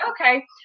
okay